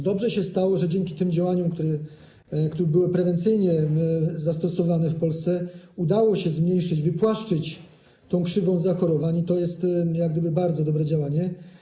Dobrze się stało, że dzięki tym działaniom, które były prewencyjnie zastosowane w Polsce, udało się zmniejszyć, wypłaszczyć tę krzywą zachorowań, to jest bardzo dobre działanie.